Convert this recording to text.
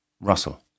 Russell